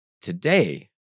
today